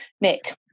Nick